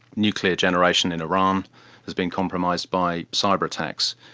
nuclear generation in iran has been compromised by cyber attacks.